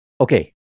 okay